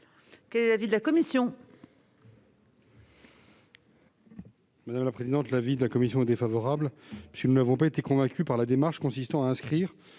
Quel est l'avis de la commission ?